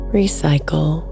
recycle